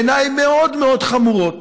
בעיניי מאוד מאוד חמורות,